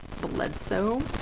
Bledsoe